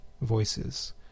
voices